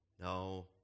No